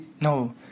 no